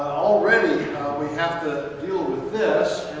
already we have to deal with this,